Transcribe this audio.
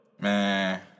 Man